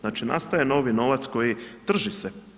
Znači nastaje novi novac koji trži se.